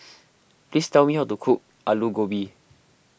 please tell me how to cook Aloo Gobi